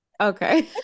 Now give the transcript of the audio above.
okay